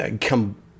come